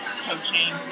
coaching